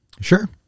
Sure